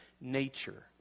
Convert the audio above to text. nature